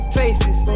faces